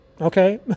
Okay